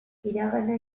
iragana